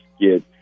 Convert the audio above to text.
get